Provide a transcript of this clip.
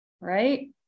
right